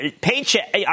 Paycheck